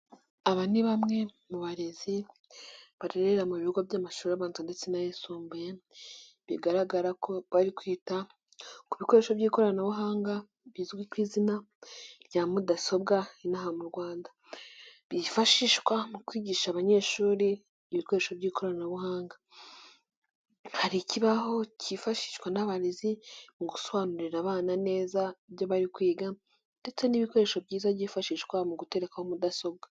Aba ni bamwe mu barezi barerera mu bigo by'amashuri abanza ndetse n'ayisumbuye bigaragara ko bari kwita ku bikoresho by'ikoranabuhanga bizwi ku izina rya mudasobwa ino aha mu Rwanda, bifashishwa mu kwigisha abanyeshuri ibikoresho by'ikoranabuhanga, hari ikibaho kifashishwa n'abarezi mu gusobanurira abana neza ibyo bari kwiga ndetse n'ibikoresho byiza byifashishwa mu guterekaho mudasobwa.